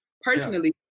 personally